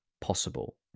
possible